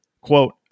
quote